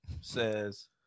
says